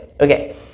Okay